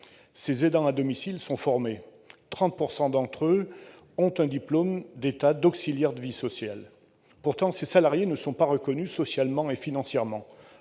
Ces aidants à domicile sont formés ; 30 % d'entre eux ont un diplôme d'État d'auxiliaire de vie sociale. Pourtant, ils ne sont pas reconnus socialement ni financièrement.